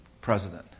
president